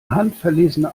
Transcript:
handverlesene